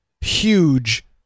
huge